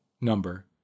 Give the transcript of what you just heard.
number